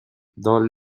dans